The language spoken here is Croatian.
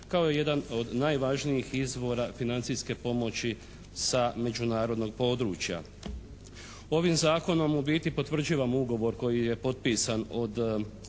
kao jedan od najvažnijih izvora financijske pomoći sa međunarodnog područja. Ovim zakonom u biti potvrđivamo ugovor koji je potpisan od